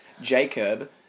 Jacob